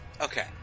Okay